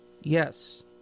Yes